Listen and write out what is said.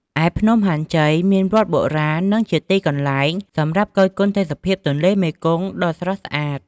ឯភ្នំហាន់ជ័យ មានវត្តបុរាណ និងជាទីកន្លែងសម្រាប់គយគន់ទេសភាពទន្លេមេគង្គដ៏ស្រស់ស្អាត។